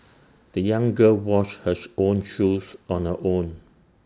the young girl washed her own shoes on her own